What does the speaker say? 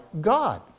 God